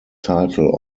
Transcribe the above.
title